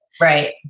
Right